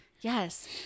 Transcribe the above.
Yes